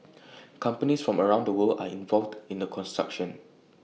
companies from around the world are involved in the construction